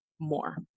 more